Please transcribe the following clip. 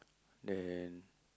then